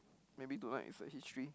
maybe tonight is a history